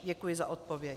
Děkuji za odpověď.